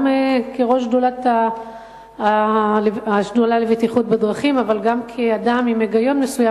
גם כראש השדולה לבטיחות בדרכים אבל גם כאדם עם היגיון מסוים,